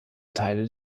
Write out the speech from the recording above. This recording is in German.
teile